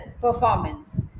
performance